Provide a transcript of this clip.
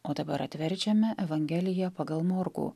o dabar atverčiame evangeliją pagal morkų